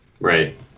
Right